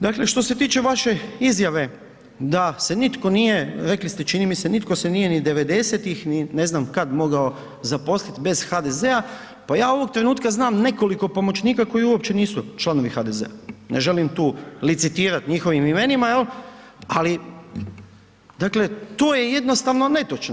Dakle što se tiče vaše izjave da se nitko nije, rekli ste čini mi se, nitko se nije ni 90-ih ni ne znam kad mogao zaposliti bez HDZ-a, pa ja ovog trenutka znam nekoliko pomoćnika koji uopće nisu članovi HDZ-a, ne želim tu licitirati njihovim imenima, jel' ali dakle, to je jednostavno netočno.